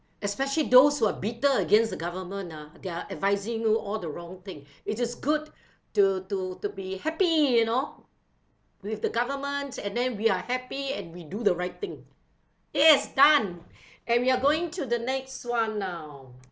especially those who are bitter against the government ah they are advising you all the wrong thing it is good to to to be happy you know with the government and then we are happy and we do the right thing yes done and we are going to the next [one] now